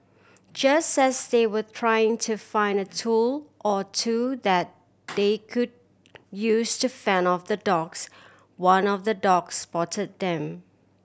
just as they were trying to find a tool or two that they could use to fend off the dogs one of the dogs spot them